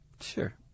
Sure